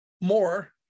more